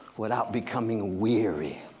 without becoming weary,